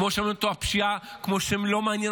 כמו שלא מעניינת אותו הפשיעה וכמו שלא מעניין